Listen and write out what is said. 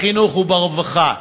בחינוך וברווחה.